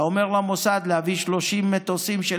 אתה אומר למוסד להביא 30 מטוסים של